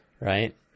right